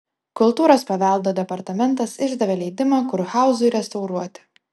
kultūros paveldo departamentas išdavė leidimą kurhauzui restauruoti